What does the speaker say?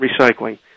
recycling